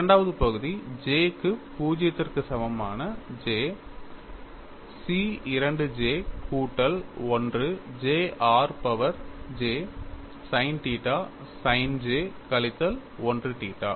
இரண்டாவது பகுதி j க்கு 0 க்கு சமமான J C 2 j கூட்டல் 1 j r power j sin தீட்டா sin j கழித்தல் 1 தீட்டா